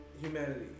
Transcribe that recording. humanity